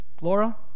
Laura